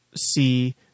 see